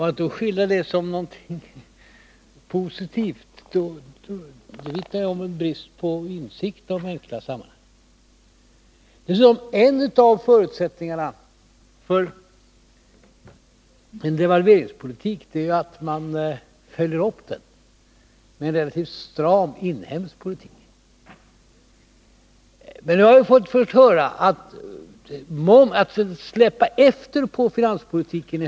Att skildra detta som någonting positivt vittnar ju om en brist på insikt om det enkla sammanhanget. En av förutsättningarna för en devalveringspolitik är att man följer upp den med en relativt stram inhemsk politik. Nu har vi fått höra att högsta visdomen är att släppa efter i fråga om finanspolitiken.